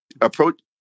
approach